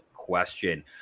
question